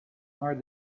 nor